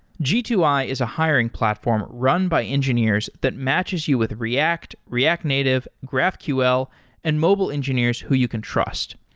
g two i is a hiring platform run by engineers that matches you with react, react native, graphql and mobile engineers who you can trust.